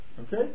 Okay